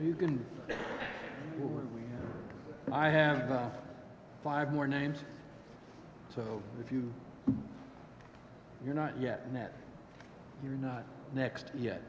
you can i have five more names so if you you're not yet you're not next ye